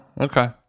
Okay